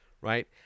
right